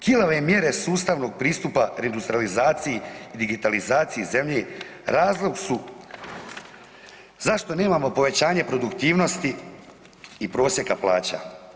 Kilave mjere sustavnog pristupa reindustrijalizaciji i digitalizaciji zemlje razlog su zašto nemamo povećanje produktivnosti i prosjeka plaća.